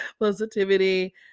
positivity